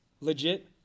legit